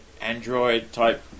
android-type